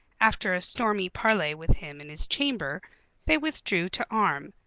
after a stormy parley with him in his chamber they withdrew to arm.